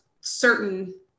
certain